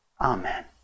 Amen